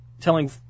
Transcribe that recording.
telling